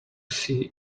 see